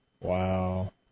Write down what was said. Wow